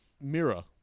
Mirror